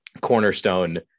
cornerstone